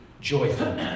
joyful